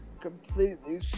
completely